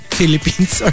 Philippines